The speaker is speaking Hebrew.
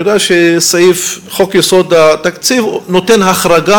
אני יודע שחוק יסודות התקציב נותן החרגה